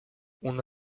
uno